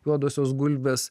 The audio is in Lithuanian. juodosios gulbės